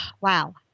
Wow